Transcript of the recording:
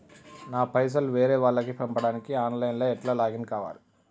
నా పైసల్ వేరే వాళ్లకి పంపడానికి ఆన్ లైన్ లా ఎట్ల లాగిన్ కావాలి?